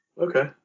Okay